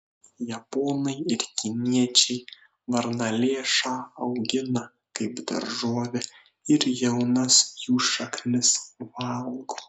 japonai ir kiniečiai varnalėšą augina kaip daržovę ir jaunas jų šaknis valgo